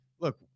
look